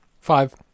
Five